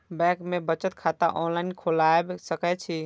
Bank में बचत खाता ऑनलाईन खोलबाए सके छी?